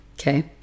Okay